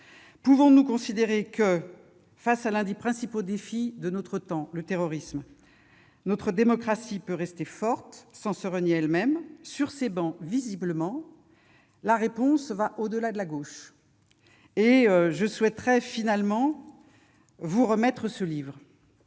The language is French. pouvons-nous considérer que, face à l'un des principaux défis de notre temps, le terrorisme, notre démocratie peut rester forte sans se renier elle-même ? Sur ces travées, visiblement, la réponse va au-delà de la gauche. Monsieur le ministre, permettez-moi de vous remettre un livre,